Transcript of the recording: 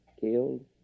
killed